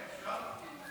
כן, בבקשה.